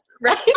right